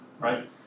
right